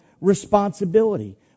responsibility